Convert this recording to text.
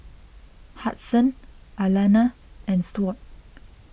Hudson Alana and Stuart